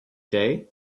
day